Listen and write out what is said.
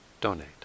donate